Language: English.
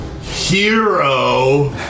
hero